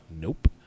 Nope